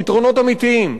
פתרונות אמיתיים.